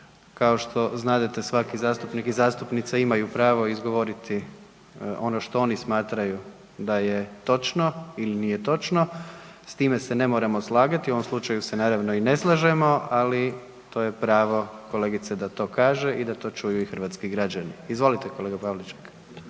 Kao što znadete svaki zastupnik i zastupnica imaju pravo izgovoriti ono što oni smatraju da je točno ili nije točno, s time se ne moramo slagati, u ovom slučaju se naravno i ne slažemo, ali to je pravo kolegice da to kaže i da to čuju i hrvatski građani. Izvolite kolega Pavliček.